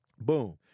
Boom